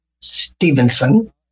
Stevenson